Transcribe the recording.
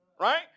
Right